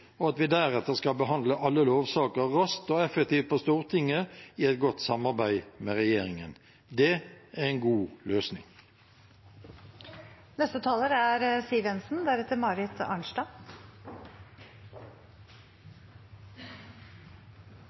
og at vi deretter skal kunne behandle alle lovsaker raskt og effektivt på Stortinget i et godt samarbeid med regjeringen. Det er en god